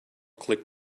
click